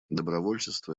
добровольчество